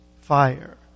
fire